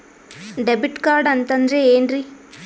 Debit card ಅಂತಂದ್ರೆ ಏನ್ರೀ?